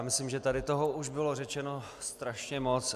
Myslím, že tady toho bylo už řečeno strašně moc.